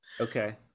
Okay